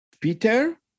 Peter